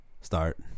Start